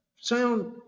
sound